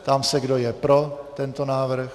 Ptám se, kdo je pro tento návrh.